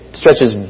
stretches